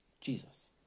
Jesus